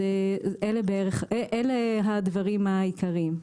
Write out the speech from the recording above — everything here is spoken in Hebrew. אלה הדברים העיקריים.